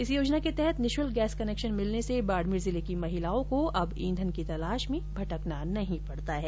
इस योजना के तहत निःशुल्क गैस कनेक्शन मिलने से बाडमेर जिले की महिलाओं को अब ईंधन की तलाश में भटकना नहीं पड़ता है